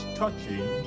touching